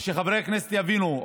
ושחברי הכנסת יבינו,